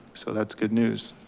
so that's good news.